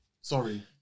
Sorry